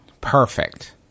Perfect